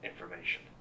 information